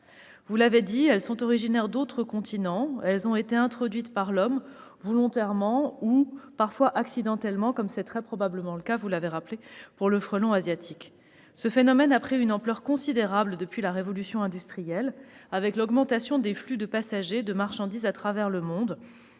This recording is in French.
envahissantes sont originaires d'autres continents. Elles ont été introduites par l'homme, volontairement ou parfois accidentellement, comme c'est très probablement le cas, vous l'avez rappelé, s'agissant du frelon asiatique. Ce phénomène a pris une ampleur considérable depuis la Révolution industrielle, avec l'augmentation des flux de passagers et de marchandises à travers le monde.